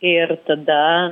ir tada